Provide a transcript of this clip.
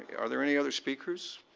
are there any other speakers?